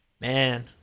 man